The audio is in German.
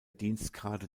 dienstgrade